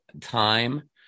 time